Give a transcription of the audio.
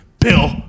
Bill